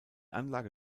anlage